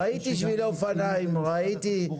ראיתי שבילי אופניים, ראיתי.